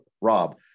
Rob